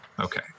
Okay